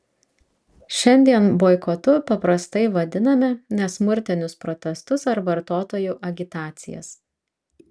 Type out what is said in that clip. šiandien boikotu paprastai vadiname nesmurtinius protestus ar vartotojų agitacijas